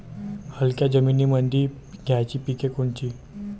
हलक्या जमीनीमंदी घ्यायची पिके कोनची?